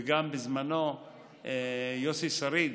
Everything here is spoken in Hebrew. ובזמנו גם יוסי שריד,